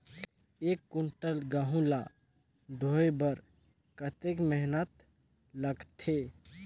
एक कुंटल गहूं ला ढोए बर कतेक मेहनत लगथे?